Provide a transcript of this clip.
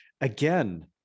again